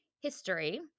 history